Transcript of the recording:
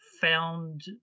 found